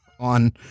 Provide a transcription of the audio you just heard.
On